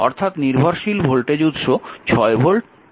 অর্থাৎ নির্ভরশীল ভোল্টেজের উত্স 6 ভোল্ট এই 3 অ্যাম্পিয়ার